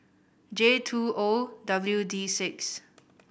J two O W D six